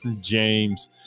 James